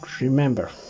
remember